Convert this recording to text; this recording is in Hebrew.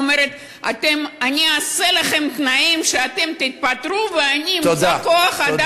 אומרת: אני אעשה לכם תנאים שאתם תתפטרו ואני אמצא כוח-אדם זול.